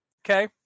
okay